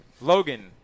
Logan